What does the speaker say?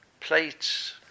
plates